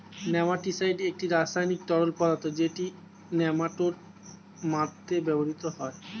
nematicide একটি রাসায়নিক তরল পদার্থ যেটি নেমাটোড মারতে ব্যবহৃত হয়